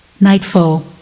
nightfall